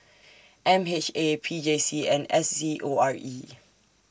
M H A P J C and S C O R E